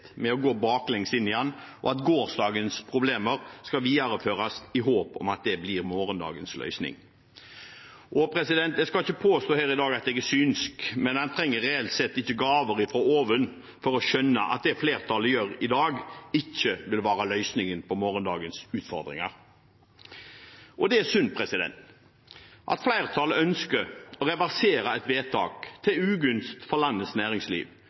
å gå baklengs inn i den, og at gårsdagens problemer skal videreføres i håp om at det blir morgendagens løsning. Jeg skal ikke påstå her i dag at jeg er synsk, men en trenger reelt sett ikke gaver fra oven for å skjønne at det flertallet gjør i dag, ikke vil være løsningen på morgendagens utfordringer. Det er synd at flertallet ønsker å reversere et vedtak til ugunst for landets næringsliv,